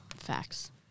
Facts